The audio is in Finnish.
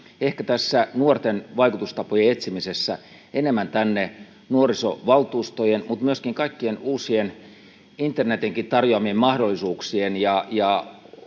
ehkä tässä nuorten vaikutustapojen etsimisessä enemmän tänne nuorisovaltuustojen mutta myöskin kaikkien uusien mahdollisuuksien